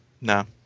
no